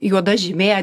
juoda žymė